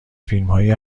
فیلمهای